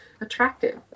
attractive